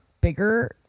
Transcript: bigger